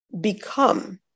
become